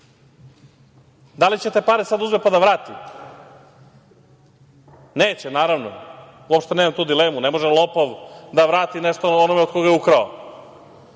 li će te pare sad da uzme, pa da vrati? Neće, naravno. Uopšte nemam tu dilemu. Ne može lopov da vrati nešto od onoga koga je ukrao.